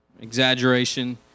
exaggeration